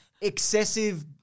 excessive